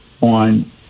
on